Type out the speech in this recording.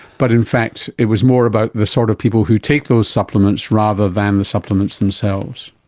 but in fact it was more about the sort of people who take those supplements rather than the supplements themselves.